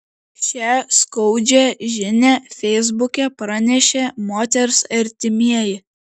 šią skaudžią žinią feisbuke pranešė moters artimieji